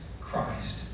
Christ